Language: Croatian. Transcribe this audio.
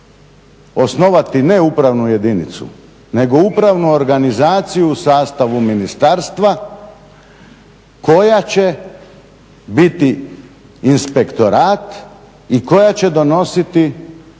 osnovati ne upravnu jedinicu nego upravnu organizaciju u sastavu ministarstva koja će biti inspektorat i koja će donositi rješenja